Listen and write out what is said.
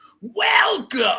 Welcome